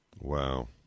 Wow